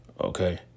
okay